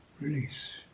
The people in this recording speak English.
release